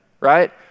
right